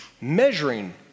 measuring